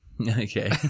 Okay